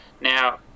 now